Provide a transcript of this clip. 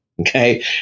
Okay